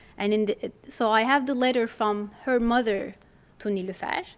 and and so i have the letter from her mother to niloufer.